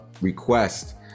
request